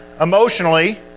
emotionally